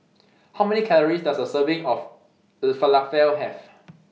How Many Calories Does A Serving of Falafel Have